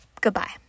goodbye